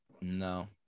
No